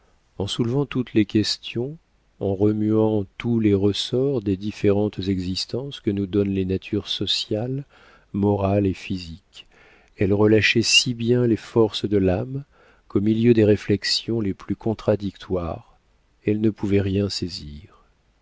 en soulevant toutes les questions en remuant tous les ressorts des différentes existences que nous donnent les natures sociale morale et physique elle relâchait si bien les forces de l'âme qu'au milieu des réflexions les plus contradictoires elle ne pouvait rien saisir